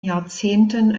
jahrzehnten